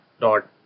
dot